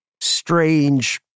strange